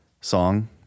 song